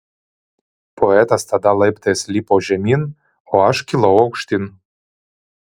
poetas tada laiptais lipo žemyn o aš kilau aukštyn